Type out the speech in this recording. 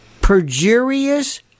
perjurious